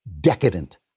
decadent